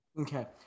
Okay